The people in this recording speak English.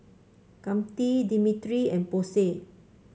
Katy Dimitri and Posey